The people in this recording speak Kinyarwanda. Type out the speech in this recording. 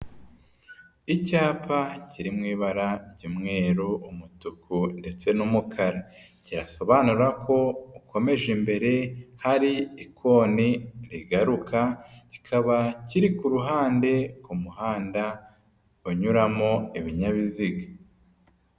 Icyapa kiri mu ibara ry'umweru, umutuku ndetse n'umukara. Gisobanura ko ukomeje imbere hari ikoni rigaruka, kikaba kiri ku muhanda unyuramo ibinyabiziga.